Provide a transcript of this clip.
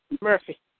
Murphy